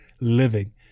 living